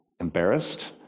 embarrassed